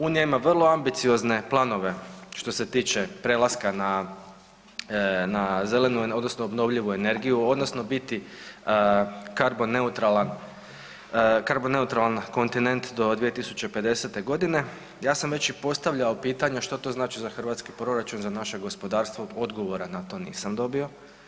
Unija ima vrlo ambiciozne planove što se tiče prelaska na, na zelenu odnosno obnovljivu energiju odnosno biti karbon neutralan, karbon neutralan kontinent do 2050.g. Ja sam već i postavljao pitanja što to znači za hrvatski proračun, za naše gospodarstvo, odgovora na to nisam dobio.